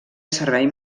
servei